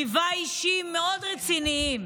הוא ליווה אישים מאוד רציניים.